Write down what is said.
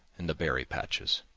and the berry patches.